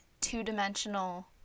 two-dimensional